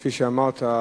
כפי שאמרת,